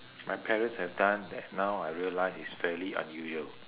my parents have done that now I realise is fairly unusual